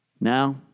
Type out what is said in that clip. Now